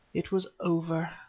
it was over!